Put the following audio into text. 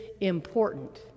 important